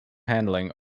handling